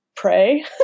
pray